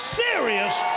serious